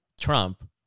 trump